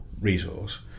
resource